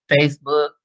Facebook